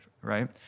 right